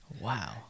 Wow